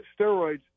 steroids